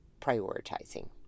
prioritizing